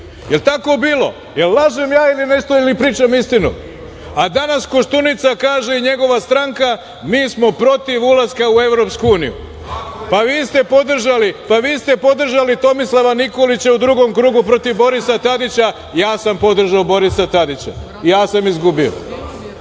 li je tako bilo? Da li lažem ja nešto ili pričam istinu? A danas Koštunica kaže i njegova stranka, mi smo protiv ulaska u EU. Pa, vi ste podržali Tomislava Nikolića u drugom krugu protiv Borisa Tadića, ja sam podržao Borisa Tadića i ja sam izgubio.